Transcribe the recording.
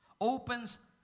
opens